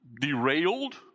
derailed